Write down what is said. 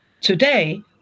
Today